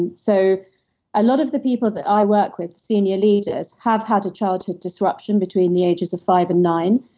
and so a lot of the people that i work with, senior leaders, have had a childhood disruption between the ages of five and nine,